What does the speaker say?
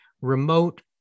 remote